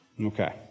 Okay